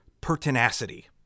pertinacity